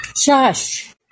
Shush